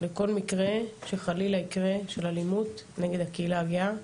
לכל מקרה שחלילה יקרה של אלימות נגד הקהילה הגאה,